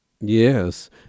Yes